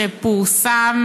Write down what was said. שפורסם